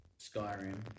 Skyrim